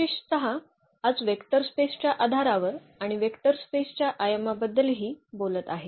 विशेषतः आज vector space च्या आधारावर आणि वेक्टर स्पेसच्या आयामाबद्दलही बोलत आहे